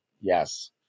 Yes